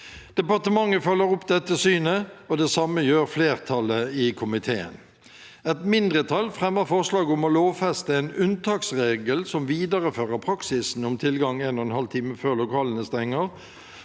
Departementet følger opp dette synet, og det samme gjør flertallet i komiteen. Et mindretall fremmer forslag om å lovfeste en unntaksregel som viderefører praksisen om tilgang en og en halv time før lokalene stenger,